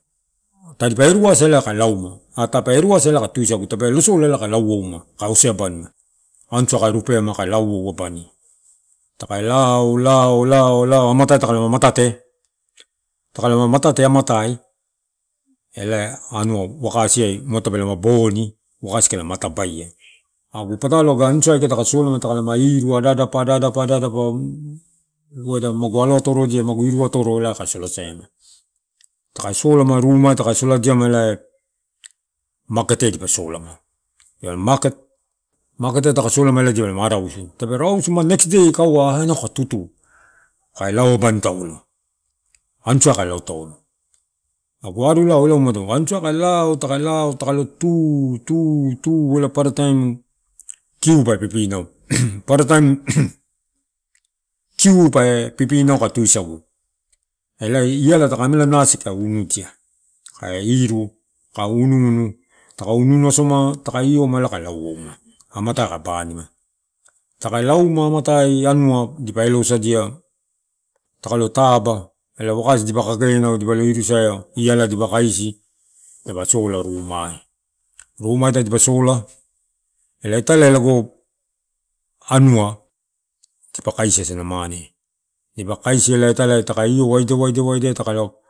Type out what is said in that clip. Tadipa eruasa elae kae lauma, ahtape eruasa elae ka tugusa, tape losola elai kae laooma, kae ose abanima. Anusa kae ropeama kae lavou abani. Takae lao- lao- lao- lao amatai taalama matate. Takalama matate amatai, elai anua wakasia umado tapelema boni wakasi kalama atabaia. Agu patalo aga anusai taka solama taka lama iruu, ada adapa, ada adapa, weda magu alo atorodia magu iru atoro ela solasae dia. Takae solama rumai takae soladiama elae maketeai dipalama arausu. Tepe rausu elai ma next dei kaeva, "inau kaeka tutu," kae lao abani taolo. Anusai kae lao taka lao takalo tu, tu ela parataim, kiu pe pipinau. Parataim kiupe pipinau kae tusagu. Elai iala taka ameala nasi kae unudia. Kae iruu, kae unnunu, taka unu unu asoma taka ioma elai kae lao ouma. Amatai kae banima. Taka lauma amatai, anua dipa elosadia, takalo taba ela wakasi dipa kakenau, dipalo irusaea, iala dipa kaisi dipa sola rumai. Ruma tadipa sola, elai italia lago anua dipa kaisi asana mane. Dipa kaisi elai italai takai iio waidia, waidia, waidia takalo.